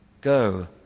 go